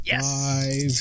five